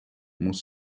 muss